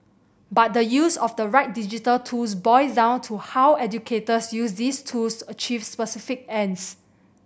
but the use of the right digital tools boils down to how educators use these tools to achieve specific ends